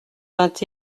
vingt